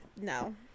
no